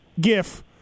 GIF